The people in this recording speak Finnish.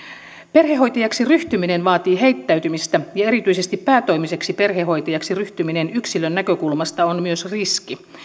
perhehoitajaksi ryhtyminen vaatii heittäytymistä ja erityisesti päätoimiseksi perhehoitajaksi ryhtyminen yksilön näkökulmasta on myös riski